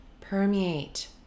permeate